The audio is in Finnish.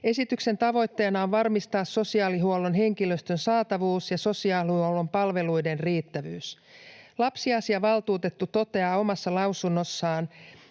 Esityksen tavoitteena on varmistaa sosiaalihuollon henkilöstön saatavuus ja sosiaalihuollon palveluiden riittävyys. Lapsiasiavaltuutettu toteaa omassa lausunnossaan,